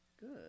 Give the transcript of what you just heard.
Good